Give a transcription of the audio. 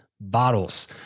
bottles